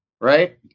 right